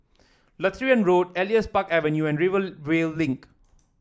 Lutheran Road Elias Park Avenue and Rivervale Link